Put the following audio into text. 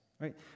right